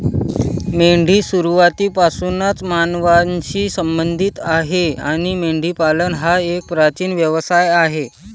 मेंढी सुरुवातीपासूनच मानवांशी संबंधित आहे आणि मेंढीपालन हा एक प्राचीन व्यवसाय आहे